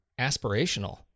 aspirational